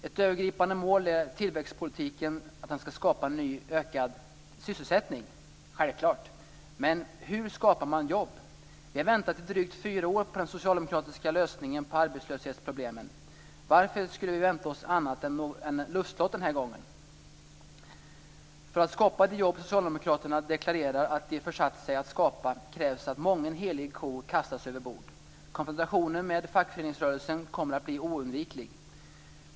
Ett övergripande mål är att tillväxtpolitiken skall skapa ökad sysselsättning, heter det vidare. Självklart! Men hur skapar man jobb? Vi har väntat i drygt fyra år på den socialdemokratiska lösningen på arbetslöshetsproblemen. Varför skulle vi vänta oss något annat än luftslott den här gången? För att skapa de jobb socialdemokraterna deklarerar att de föresatt sig att skapa krävs att mången helig ko kastas över bord. Konfrontationen med fackföreningsrörelsen kommer att bli oundviklig.